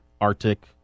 Arctic